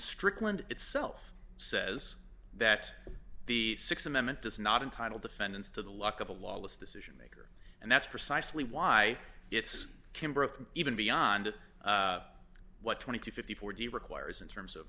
strickland itself says that the th amendment does not entitle defendants to the luck of a lawless decision maker and that's precisely why it's kimber of even beyond what twenty to fifty four d requires in terms of